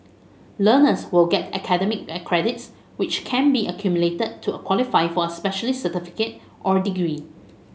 learners will get academic credits which can be accumulated to qualify for a specialist certificate or degree